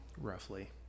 Roughly